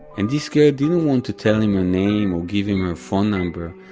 and this girl didn't want to tell him her name or give him her phone number,